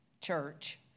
church